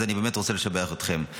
אז אני באמת רוצה לשבח אתכם.